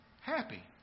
happy